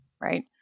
right